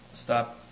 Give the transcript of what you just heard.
stop